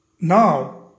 now